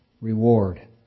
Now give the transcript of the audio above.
reward